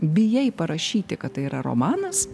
bijai parašyti kad tai yra romanas